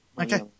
Okay